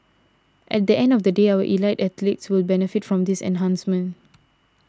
at the end of the day our elite athletes will benefit from this enhancement